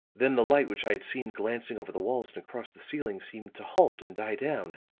then the light which i had seen glancing over the walls and across the ceiling, seemed to halt and die down.